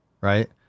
right